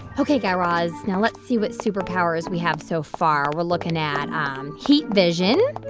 ok, guy raz, now let's see what superpowers we have so far. we're looking at um heat vision,